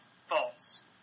false